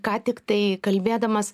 ką tiktai kalbėdamas